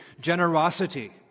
generosity